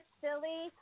silly